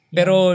Pero